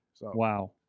Wow